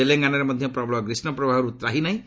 ତେଲଙ୍ଗାନାରେ ମଧ୍ୟ ପ୍ରବଳ ଗ୍ରୀଷ୍କପ୍ରବାହରୁ ତ୍ରାହି ନାହିଁ